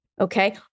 okay